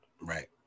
Right